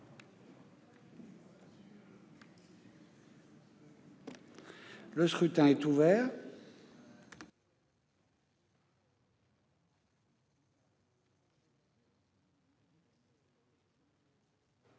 Le scrutin est ouvert.